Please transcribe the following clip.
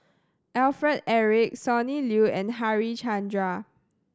Alfred Eric Sonny Liew and Harichandra